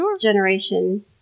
generation